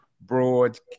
broad